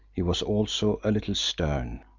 he was also a little stern.